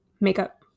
makeup